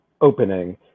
opening